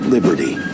Liberty